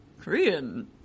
Korean